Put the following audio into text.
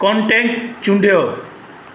contact चूंडियो